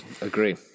Agree